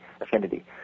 Affinity